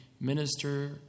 minister